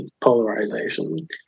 polarization